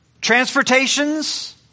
transportations